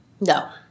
No